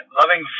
loving